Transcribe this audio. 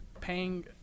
Paying